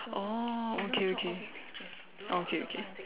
oh okay okay okay okay